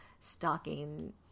stalking